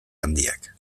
handiak